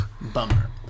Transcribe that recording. Bummer